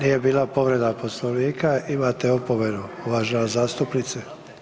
Nije bila povreda Poslovnika, imate opomenu uvažena zastupnice.